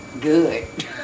Good